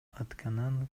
атканын